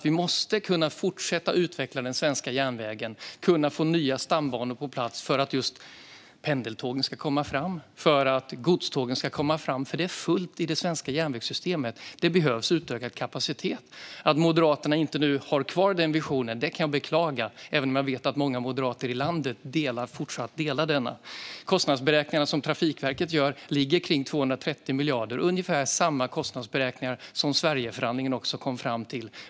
Vi måste kunna fortsätta utveckla den svenska järnvägen och få nya stambanor på plats för att pendeltågen och godstågen ska komma fram. Det är fullt i det svenska järnvägssystemet. Det behövs utvecklad kapacitet. Att Moderaterna inte har kvar den visionen kan jag bara beklaga även om jag vet att många moderater ute i landet fortfarande delar den. Kostnadsberäkningarna som Trafikverket gör ligger kring 230 miljarder. Det är ungefär samma kostnad som Sverigeförhandlingen kom fram till.